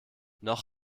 noch